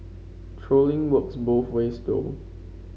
trolling works both ways though